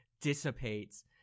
dissipates